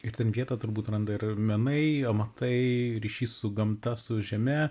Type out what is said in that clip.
ir ten vietą turbūt randa ir menai amatai ryšys su gamta su žeme